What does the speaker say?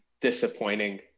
disappointing